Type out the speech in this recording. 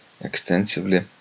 extensively